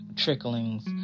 tricklings